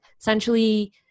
essentially